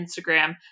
Instagram